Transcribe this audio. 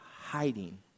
hiding